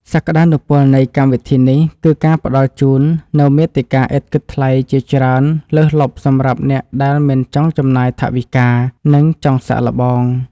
សក្ដានុពលនៃកម្មវិធីនេះគឺការផ្តល់ជូននូវមាតិកាឥតគិតថ្លៃជាច្រើនលើសលប់សម្រាប់អ្នកដែលមិនចង់ចំណាយថវិកា និង ចង់សាកល្បង។